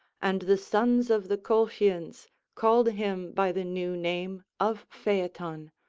and the sons of the colchians called him by the new name of phaethon,